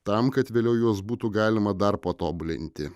tam kad vėliau juos būtų galima dar patobulinti